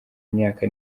imyaka